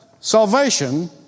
salvation